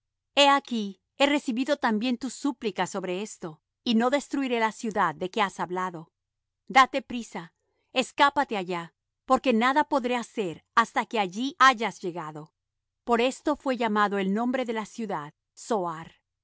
he aquí he recibido también tu súplica sobre esto y no destruiré la ciudad de que has hablado date priesa escápate allá porque nada podré hacer hasta que allí hayas llegado por esto fué llamado el nombre de la ciudad zoar